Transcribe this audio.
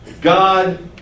God